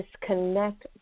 disconnect